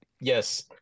Yes